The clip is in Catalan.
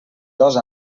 dos